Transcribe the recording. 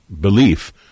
belief